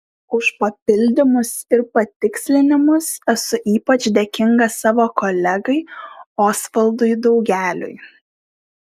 už papildymus ir patikslinimus esu ypač dėkinga savo kolegai osvaldui daugeliui